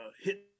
hit